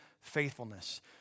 faithfulness